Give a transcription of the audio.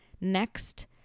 Next